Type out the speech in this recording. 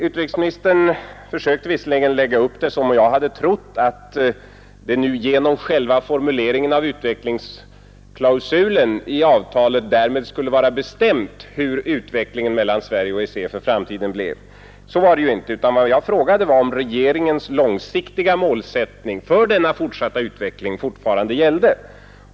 Utrikesministern försökte visserligen lägga upp det som om jag hade trott att det nu genom själva formuleringen av utvecklingsklausulen i avtalet skulle vara bestämt hurudan utvecklingen mellan Sverige och EEC för framtiden blev. Så var det ju inte, utan jag frågade om regeringens långsiktiga målsättning för denna fortsatta utveckling fortfarande gäller.